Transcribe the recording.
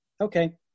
okay